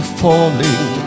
falling